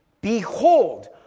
behold